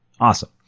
Awesome